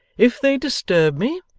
if they disturb me,